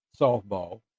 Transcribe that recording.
softball